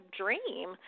dream